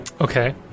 Okay